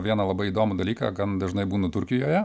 vieną labai įdomų dalyką gan dažnai būnu turkijoje